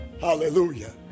hallelujah